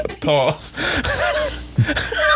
Pause